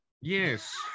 Yes